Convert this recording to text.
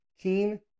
keen